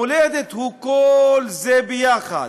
המולדת היא כל זה ביחד.